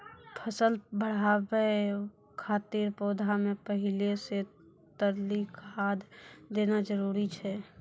फसल बढ़ाबै खातिर पौधा मे पहिले से तरली खाद देना जरूरी छै?